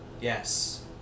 yes